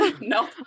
no